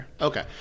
okay